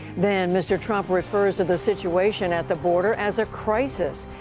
then mr. trump refers to the situation at the border as a crisis,